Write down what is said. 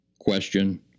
Question